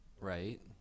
right